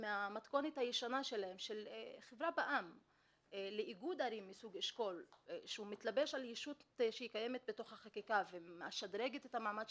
וצריך כן להגיד שזו גישה ופרויקט שהוא הולך ותופס תאוצה בשיתוף פעולה עם